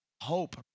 hope